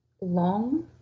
long